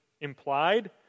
implied